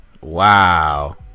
Wow